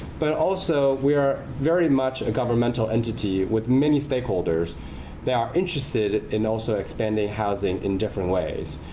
but also we are very much a governmental entity with many stakeholders that are interested in also expanding housing in different ways.